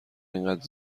اینقدر